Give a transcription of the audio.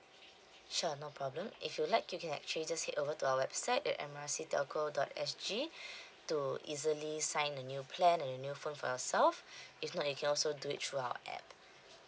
sure no problem if you like you can actually just head over to our website at M R C telco dot S G to easily sign a new plan and a new phone for yourself if not you can also do it through our app